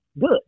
good